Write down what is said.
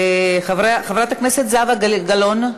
חברת הכנסת זהבה גלאון,